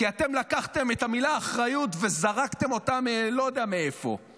כי אתם לקחתם את המילה אחריות וזרקתם אותה מלא יודע מאיפה,